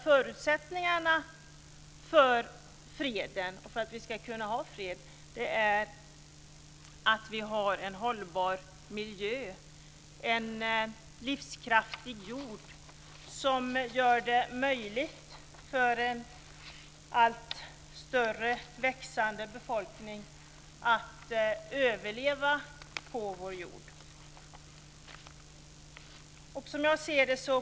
Förutsättningarna för att vi ska kunna ha fred är att vi har en hållbar miljö och en livskraftig jord som gör det möjligt för en allt större växande befolkning att överleva.